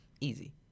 Easy